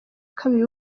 kabiri